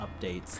updates